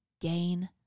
gain